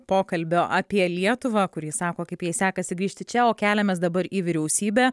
pokalbio apie lietuvą kur ji sako kaip jai sekasi grįžti čia o keliamės dabar į vyriausybę